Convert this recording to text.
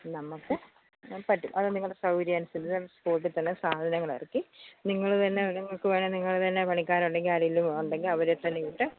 നമുക്ക് പറ്റും അത് നിങ്ങളുടെ സൗകര്യം അനുസരിച്ച് സ്പോട്ടിൽ തന്നെ സാധനങ്ങളിറക്കി നിങ്ങൾ തന്നെ നിങ്ങൾക്ക് വേണേൽ നിങ്ങൾ തന്നെ പണിക്കാരുണ്ടെങ്കിൽ ആരേലും ഉണ്ടെങ്കിൽ അവരെ തന്നെ വിട്ട്